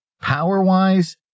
Power-wise